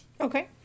Okay